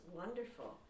wonderful